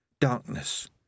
Darkness